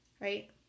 right